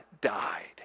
died